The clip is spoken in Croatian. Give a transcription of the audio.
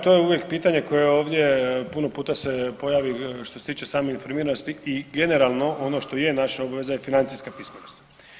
To je uvijek pitanje koje ovdje puno puta se pojavi što se tiče same informiranosti i generalno ono što je naša obveza je financijska pismenost.